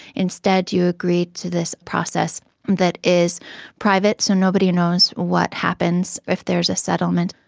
instead you agree to this process that is private so nobody knows what happens if there is a settlement.